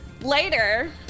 later